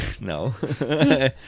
No